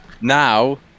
Now